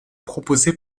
proposé